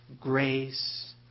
grace